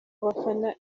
abafana